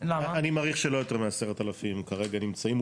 אני מעריך שלא יותר מ-10,000 כרגע נמצאים,